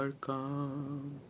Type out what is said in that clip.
come